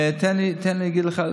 אנחנו, תן לי, תן לי להגיד לך.